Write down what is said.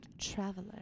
traveler